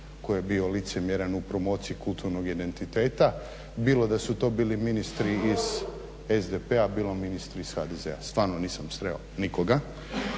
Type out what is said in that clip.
tko je bio licemjeran u promociji kulturnog identiteta, bilo da su to bili ministri iz SDP-a, bilo ministri iz HDZ-a. Stvarno nisam sreo nikoga.